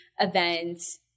events